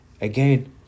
Again